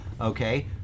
okay